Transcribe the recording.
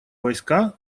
войска